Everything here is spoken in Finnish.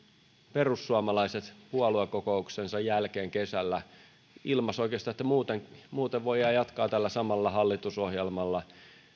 perussuomalaiset puoluekokouksensa jälkeen kesällä ilmaisivat oikeastaan että muuten muuten voidaan jatkaa tällä samalla hallitusohjelmalla